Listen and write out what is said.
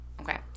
Okay